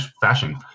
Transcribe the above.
fashion